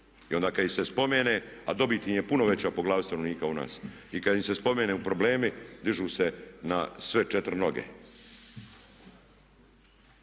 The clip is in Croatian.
I onda kada ih se spomene, a dobit im je puno veća po glavi stanovnika od nas. I kada im se spomenu problemi dižu se na sve četiri noge.